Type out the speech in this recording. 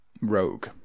rogue